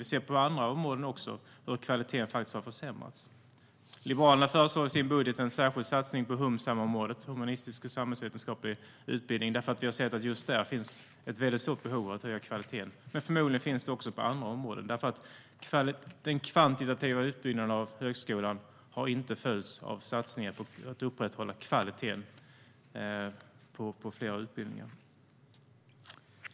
Vi ser också på andra områden hur kvaliteten har försämrats. Liberalerna föreslår i sin budget en särskild satsning på Humsamområdet, humanistisk och samhällsvetenskaplig utbildning, därför att vi har sett att det just där finns ett väldigt stort behov av att höja kvaliteten. Men förmodligen finns det också på andra områden, för den kvantitativa utbyggnaden av högskolan har inte följts av satsningar på att upprätthålla kvaliteten på flera av utbildningarna.